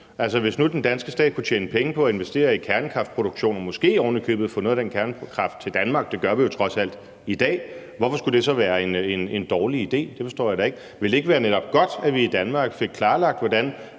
hvis nu den danske stat kunne tjene penge på at investere i kernekraftproduktion og måske ovenikøbet få noget af den kernekraft til Danmark – det gør vi jo trods alt i dag – hvorfor skulle det så være en dårlig idé? Det forstår jeg da ikke. Vil det ikke netop være godt, at vi i Danmark fik klarlagt, hvordan